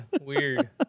weird